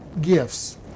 gifts